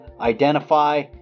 identify